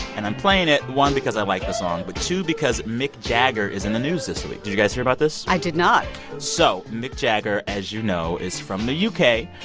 and i'm playing it, one, because i like the song, but two because mick jagger is in the news this week. do you guys hear about this? i did not so mick jagger, as you know, is from the u k.